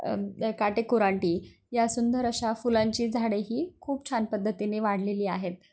काटे कुरांटी या सुंदर अशा फुलांची झाडे ही खूप छान पद्धतीने वाढलेली आहेत